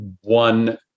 one